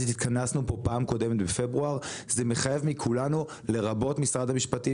התכנסנו לפי פעם קודמת בפברואר זה מחייב מכולנו לרבות משרד המשפטים